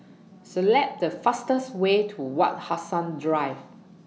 Select The fastest Way to Wak Hassan Drive